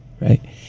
right